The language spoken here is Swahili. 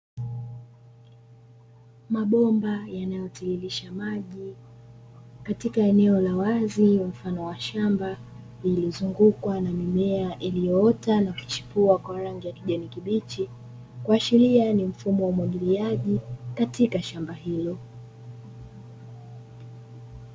Mabomba yanayotiririsha maji katika eneo la wazi mfano wa shamba lililozungukwa na mimea iliyoota na kuchipua kwa rangi ya kijani kibichi kuashiria ni mfumo wa umwagiliaji katika shamba hilo.